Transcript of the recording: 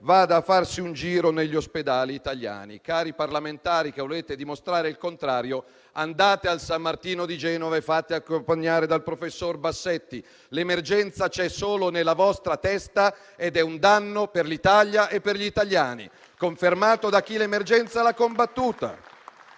vada a farsi un giro negli ospedali italiani». Cari parlamentari che volete dimostrare il contrario, andate al San Martino di Genova e fatevi accompagnare dal professor Bassetti. L'emergenza c'è solo nella vostra testa ed è un danno per l'Italia e per gli italiani, confermato da chi l'emergenza l'ha combattuta.